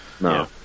No